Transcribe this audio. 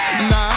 Nah